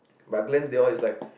but Gleen they all is like